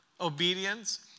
obedience